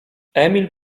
emil